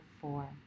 four